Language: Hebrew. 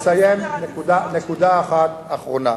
אני רוצה לסיים בנקודה אחת אחרונה.